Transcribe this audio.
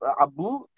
Abu